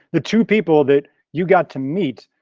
the two people that you got to meet,